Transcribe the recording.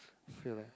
feel eh